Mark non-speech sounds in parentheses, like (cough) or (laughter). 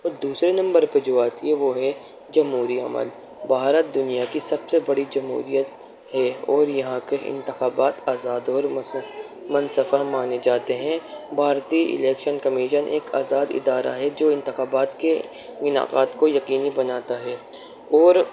اور دوسرے نمبر پہ جو آتی ہے وہ ہے جمہوری (unintelligible) بھارت دنیا کی سب سے بڑی جمہوریت ہے اور یہاں کے انتخابات آزاد اور منصفہ مانے جاتے ہیں بھارتیہ الیکشن کمیشن ایک آزاد ادارہ ہے جو انتخابات کے انعقاد کو یقینی بناتا ہے اور